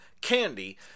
candy